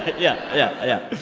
yeah, yeah, yeah.